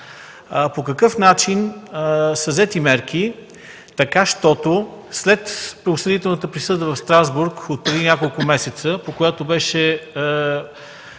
по какъв начин са взети мерки, така щото след осъдителната присъда в Страсбург отпреди няколко месеца, по която беше